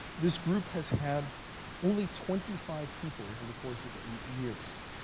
this group has had only twenty five people over the course of eight years.